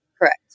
Correct